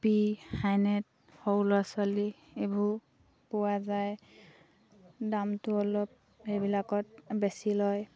P হাইনেক সৰু ল'ৰা ছোৱালী এইবোৰ পোৱা যায় দামটো অলপ সেইবিলাকত বেছি লয়